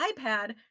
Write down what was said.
iPad